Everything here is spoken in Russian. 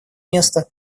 место